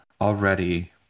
already